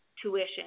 tuition